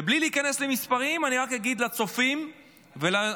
ובלי להיכנס למספרים אני רק אגיד לצופים ולאנשים